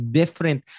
different